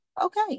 okay